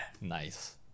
Nice